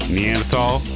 Neanderthal